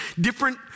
different